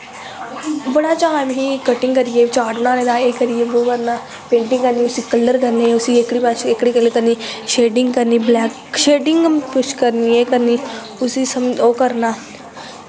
बड़ा चा ऐ मिगी कटिंग करियै चार्ट बनाने दा करियै ओह् करनां पेंटिंग करनी कल्लर करनें उसी एह्कड़े कल्लर करनें शेडिंग करनी ब्लैक शेडिंग कुश करनी गै करनी उसी ओह् करना